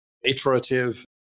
iterative